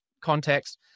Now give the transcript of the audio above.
context